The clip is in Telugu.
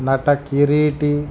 నట కిరీటి